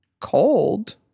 cold